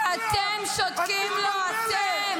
את מתבלבלת,